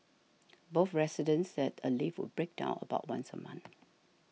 both residents said a lift would break down about once a month